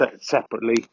separately